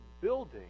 building